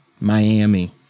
Miami